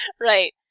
Right